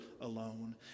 alone